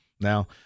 now